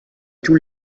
tous